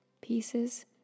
pieces